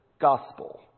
gospel